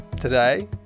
today